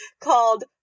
called